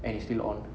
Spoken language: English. and it's still on